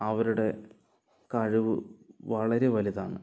അവരുടെ കഴിവ് വളരെ വലുതാണ്